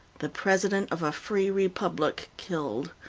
the president of a free republic killed!